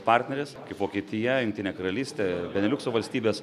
partnerės kaip vokietija jungtinė karalystė beniliukso valstybės